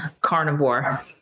carnivore